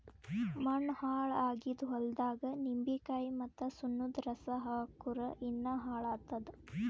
ಮಣ್ಣ ಹಾಳ್ ಆಗಿದ್ ಹೊಲ್ದಾಗ್ ನಿಂಬಿಕಾಯಿ ಮತ್ತ್ ಸುಣ್ಣದ್ ರಸಾ ಹಾಕ್ಕುರ್ ಇನ್ನಾ ಹಾಳ್ ಆತ್ತದ್